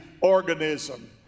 organism